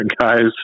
guys